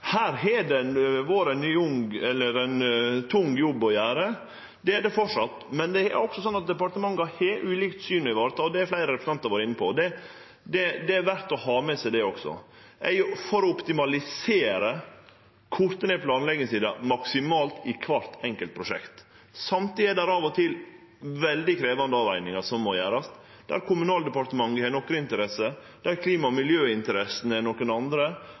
Her har det vore ein tung jobb å gjere. Det er det framleis, men det er òg slik at departementa har ulike syn å vareta, og det har fleire representantar vore inne på. Det er verdt å ha med seg det også. Eg er for å optimalisere, korte ned planleggingstida maksimalt i kvart enkelt prosjekt. Samtidig er det av og til veldig krevjande avvegingar som må gjerast, der Kommunaldepartementet har nokre interesser, der klima- og miljøinteressene er nokre andre,